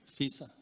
Fisa